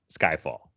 Skyfall